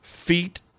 feet